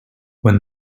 when